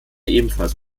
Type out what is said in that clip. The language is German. ebenfalls